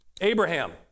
Abraham